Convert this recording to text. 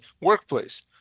workplace